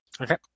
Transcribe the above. Okay